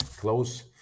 close